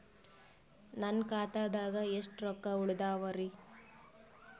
ನನ್ನ ಖಾತಾದಾಗ ಎಷ್ಟ ರೊಕ್ಕ ಉಳದಾವರಿ?